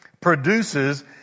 produces